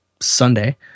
Sunday